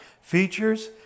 features